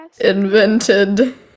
invented